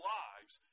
lives